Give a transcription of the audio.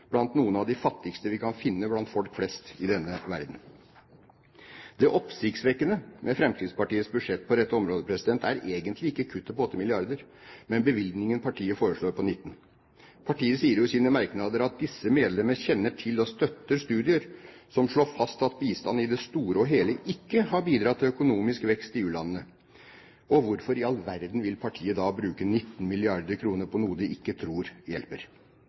blant noen av de fattigste vi kan finne blant folk flest i denne verden. Det oppsiktsvekkende med Fremskrittspartiets budsjett på dette området er egentlig ikke kuttet på 8 mrd. kr, men bevilgningen partiet foreslår på 19 mrd. kr. Partiet sier jo i sine merknader at «disse medlemmer kjenner til og støtter konklusjonene i studier som slår fast at bistand i det store og hele ikke har bidratt til økonomisk vekst i u-landene». Hvorfor i all verden vil partiet da bruke 19 mrd. kr på noe de ikke tror hjelper?